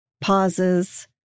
pauses